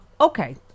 Okay